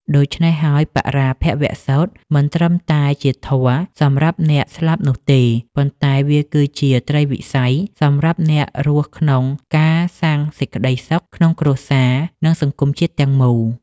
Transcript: ដូច្នេះ បរាភវសូត្រមិនត្រឹមតែជាធម៌សម្រាប់អ្នកស្លាប់នោះទេ ប៉ុន្តែវាគឺជាត្រីវិស័យសម្រាប់អ្នករស់ក្នុងការសាងសេចក្ដីសុខក្នុងគ្រួសារ និងសង្គមជាតិទាំងមូល។